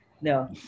No